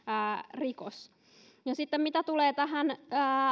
rikos sitten mitä tulee tähän